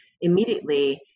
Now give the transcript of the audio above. immediately